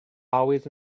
always